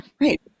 Right